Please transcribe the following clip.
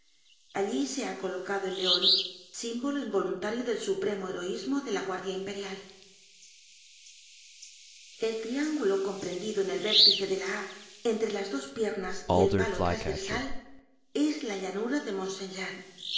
ha colocado el leon símbolo involuntario del supremo heroísmo de la guardia imperial el triángulo comprendido en el vértice de la a entre las dos piernas y el palo trasversal es la llanura de mont saint jean